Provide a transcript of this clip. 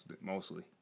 Mostly